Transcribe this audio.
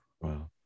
wow